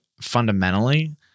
fundamentally